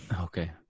okay